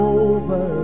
over